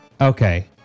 Okay